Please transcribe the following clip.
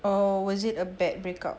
or was it a bad break up